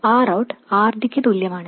Rout RD ക്ക് തുല്യമാണ്